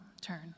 turn